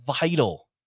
vital